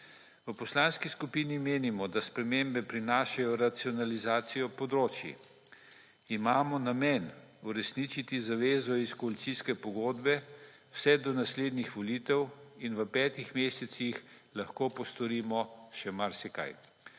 V poslanski skupini menimo, da spremembe prinašajo racionalizacijo področij. Imamo namen uresničiti zavezo iz koalicijske pogodbe vse do naslednjih volitev in v petih mesecih lahko postorimo še marsikaj.